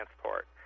transport